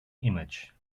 image